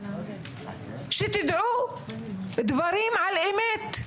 שתדעו דברים על אמת,